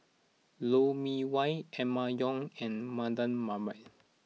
Lou Mee Wah Emma Yong and Mardan Mamat